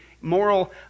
moral